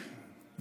חבר הכנסת פורר,